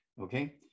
Okay